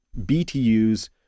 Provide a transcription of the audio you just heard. BTUs